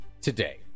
today